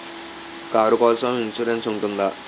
Car కోసం insurance ఉంటుందా?